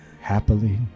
happily